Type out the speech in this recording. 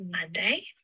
Monday